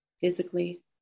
Physically